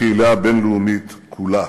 הוא מסכן את הקהילה הבין-לאומית כולה.